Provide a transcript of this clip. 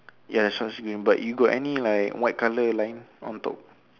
ya shorts green but you got any like white colour line on top